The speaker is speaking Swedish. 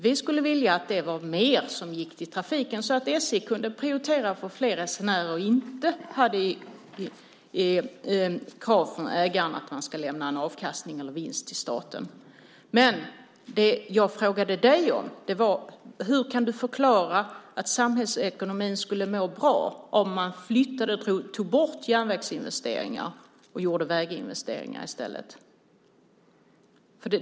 Vi skulle vilja att det var mer som gick till trafiken så att SJ kunde prioritera fler resenärer och inte hade krav från ägarna att det ska lämna en avkastning eller vinst till staten. Det jag frågade dig om var: Hur kan du förklara att samhällsekonomin skulle må bra om man tog bort järnvägsinvesteringar och gjorde väginvesteringar i stället?